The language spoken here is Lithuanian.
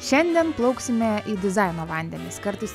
šiandien plauksime į dizaino vandenis kartais